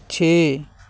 ਛੇ